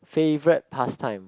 favourite pastime